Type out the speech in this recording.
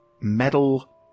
metal